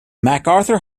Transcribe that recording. macarthur